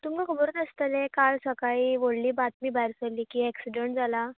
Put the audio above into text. तुमकां खबरूच आसतलें काल सकाळी एक व्हडली बातमी भायर सरली की एक्सिडंट जाला